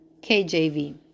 KJV